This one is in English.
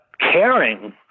caring